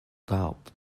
doubt